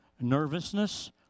nervousness